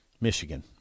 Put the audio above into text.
Michigan